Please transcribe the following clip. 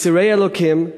יצורי אלוקים,